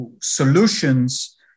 solutions